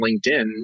LinkedIn